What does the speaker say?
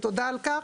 ותודה על כך.